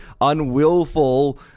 unwillful